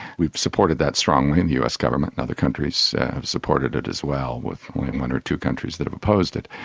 we've supported that strongly in the us government, and other countries have supported it as well, with one or two countries that have opposed it.